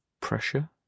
pressure